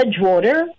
Edgewater